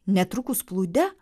netrukus plūde